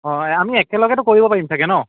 অঁ আমি একেলগেতো কৰিব পাৰিম চাগে ন